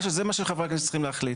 זה מה שחברי הכנסת צריכים להחליט,